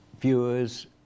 viewers